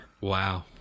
Wow